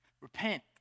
Repent